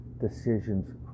decisions